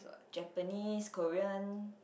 Japanese Korean